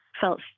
felt